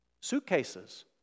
suitcases